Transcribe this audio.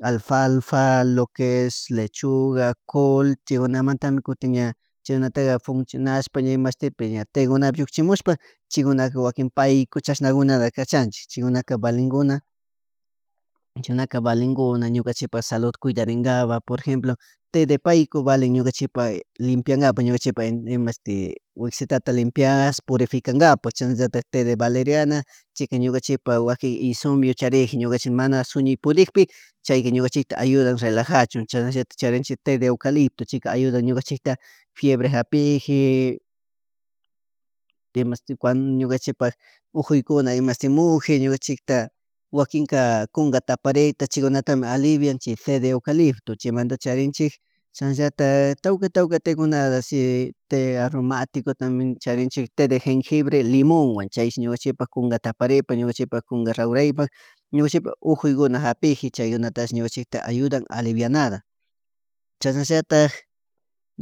Alfafa lo es lechuga col, chaykunamantami kutin ña chaykunataka funcionashppa imashitipi ña taigonata llukchimushpa chinunaka wakin pay chu chashnakunataka cachnachik chaykunakunaka valenkiuna, valencuna ñukanchipak salud cuidarinakapak por ejemplo té de payku valin ñukanchik limpiakakpak ñukanchipak imashti wisitata limpiash purificankapak chashnallatak, té de valeriana chayka ñukanchipak wakin insomnio, charik ñukanchik mana suña pudikpi chayka ñukanchikta ayudan relajachun chashnallatak, té de eucalioto chayka ayudan ñukanchikta fiebre japji de mas te cuando ñukampchikpak ujuykuna ñukanchik ñukanchikta wakinka kunka taparikta chaykunatami alivian té de eucalipto chaymanta charinchik chasnallatak tawka tawka tekuna, si té aromaticotami charinchik té de jengibre limonwan cha ñukanchikpak kunka taparikpi ñukanchikpa kunka raurakapak ñukaychikpak ñukachikapak uju japikpi chaykunatash ñukunchikta aydan alivianata chasnallatak